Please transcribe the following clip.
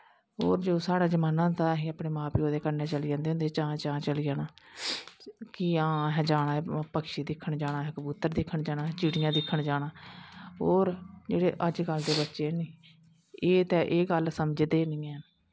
और साढ़ा जमाना होंदा हा असें अपनें मां प्यो दे कन्नै चली जंदे होंदे हे चां चां चली जानां कि आं असें जाना पक्षी दिक्खन जाना पक्षी दिक्खन असें चिड़ियां दिक्खन जाना और जेह्ड़े अज्ज कलदे बच्चे न नी एह् ते एह् गल्ल समझदे गै नी हैन